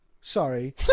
Sorry